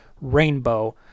rainbow